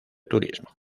turismo